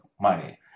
money